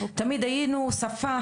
תמיד היינו שפה,